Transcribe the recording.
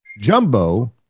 jumbo